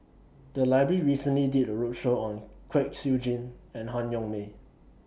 The Library recently did A roadshow on Kwek Siew Jin and Han Yong May